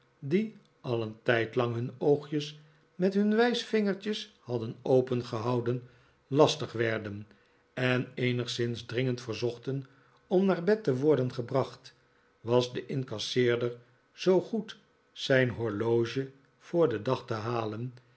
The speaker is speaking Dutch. die al e n tijdlang hun oogjes met hun wijsvinger'tjes hadden opengehouden lastig werden en eenigszins drmgend verzochten om naar bed te worden gebracht was de incasseerder zoo goed zijn horloge voor den dag te halen